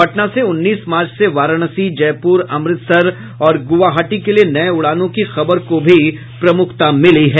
पटना से उन्नीस मार्च से वाराणसी जयपुर अमृतसर और गुवाहाटी के लिए नये उड़ानों की खबर को भी प्रमुखता मिली है